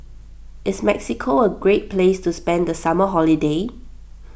is Mexico a great place to spend the summer holiday